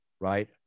right